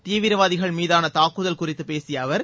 தீவிரவாதிகள் மீதாள தாக்குதல் குறித்து பேசிய அவர்